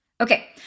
Okay